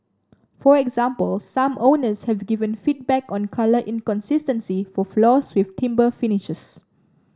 for example some owners have given feedback on colour inconsistencies for floors with timber finishes